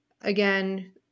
Again